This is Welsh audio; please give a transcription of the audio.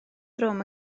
drwm